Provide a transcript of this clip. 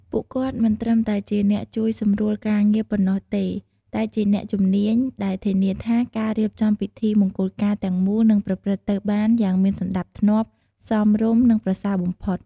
ពួកគាត់មិនត្រឹមតែជាអ្នកជួយសម្រួលការងារប៉ុណ្ណោះទេ តែជាអ្នកជំនាញដែលធានាថាការរៀបចំពិធីមង្គលការទាំងមូលនឹងប្រព្រឹត្តទៅបានយ៉ាងមានសណ្តាប់ធ្នាប់ សមរម្យ និងប្រសើរបំផុត។